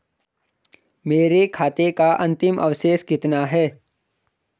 मेरे खाते का अंतिम अवशेष कितना है?